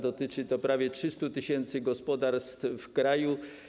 Dotyczy to prawie 300 tys. gospodarstw w kraju.